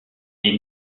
est